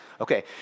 Okay